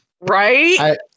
Right